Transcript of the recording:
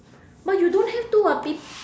but you don't have to [what] pe~